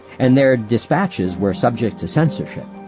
and their dispatches were subject to censorship.